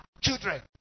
children